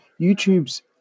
YouTube's